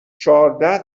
چهارده